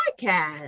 podcast